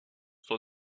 son